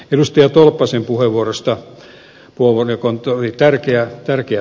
edustaja tolppasen puheenvuorosta tärkeät asiat